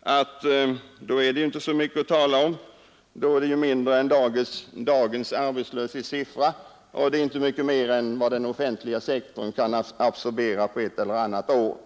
att det inte är så mycket att tala om; då är det ju mindre än dagens arbetslöshetssiffra och inte mycket mer än vad den offentliga sektorn kan absorbera på ett eller annat år.